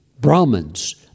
Brahmins